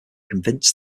convinced